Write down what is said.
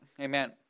Amen